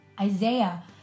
Isaiah